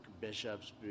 bishops